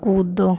कूदो